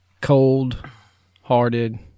cold-hearted